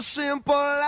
simple